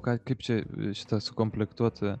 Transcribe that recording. ką kaip čia šitą sukomplektuot